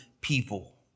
people